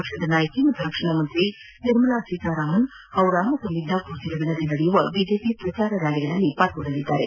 ಪಕ್ಷದ ನಾಯಕಿ ಹಾಗೂ ರಕ್ಷಣಾ ಸಚಿವೆ ನಿರ್ಮಲಾ ಸೀತಾರಾಮನ್ ಹೌರಾ ಹಾಗೂ ಮಿಡ್ಲಾಪುರ ಜಿಲ್ಲೆಗಳಲ್ಲಿ ನಡೆಯುವ ಬಿಜೆಪಿ ಪ್ರಚಾರ ರ್ಯಾಲಿಗಳಲ್ಲಿ ಪಾಲ್ಗೊಳ್ಳಲಿದ್ದಾರೆ